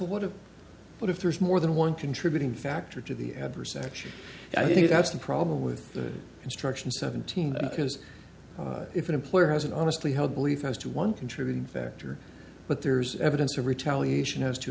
is what if what if there's more than one contributing factor to the percentage i think that's the problem with construction seventeen because if an employer has an honestly held belief as to one contributing factor but there's evidence of retaliation has to